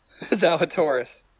Zalatoris